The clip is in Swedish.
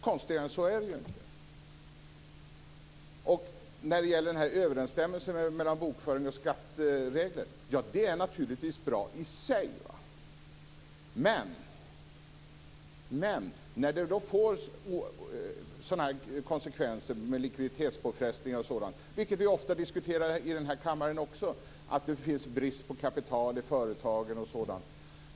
Konstigare än så är det ju inte. Överensstämmelsen mellan bokföring och skatteregler är naturligtvis bra i sig. Men det här får ju konsekvenser i form av likviditetspåfrestningar och sådant. Det är något som vi ofta diskuterar också i den här kammaren; att det finns brist på kapital i företagen och sådant.